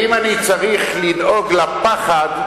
אם אני צריך לדאוג לפחד,